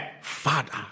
Father